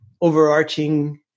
overarching